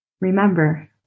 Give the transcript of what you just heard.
Remember